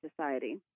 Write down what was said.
society